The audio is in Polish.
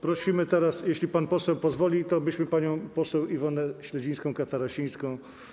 Prosimy teraz, jeśli pan poseł pozwoli, panią poseł Iwonę Śledzińską-Katarasińską.